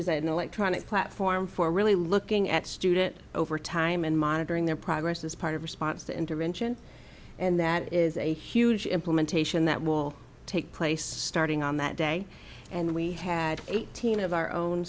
is an electronic platform for really looking at student overtime and monitoring their progress as part of response to intervention and that is a huge implementation that will take place starting on that day and we had eighteen of our own